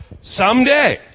someday